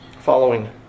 following